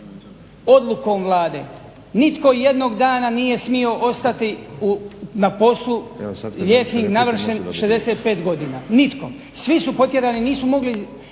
odlukom Vlade nitko ijednog dana nije smio ostati na poslu, liječnik navršenih 65 godina. Nitko. Svi su potjerani, nisu mogli